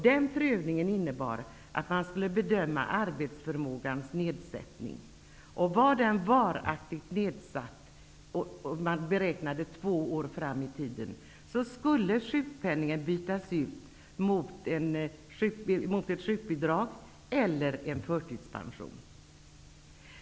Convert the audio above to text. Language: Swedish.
Den prövningen innebar att arbetsförmågans nedsättning skulle bedömas. Om den var varaktigt nedsatt, och beräknades vara det två år fram i tiden, skulle sjukpenningen bytas ut mot ett sjukbidrag eller en förtidspension.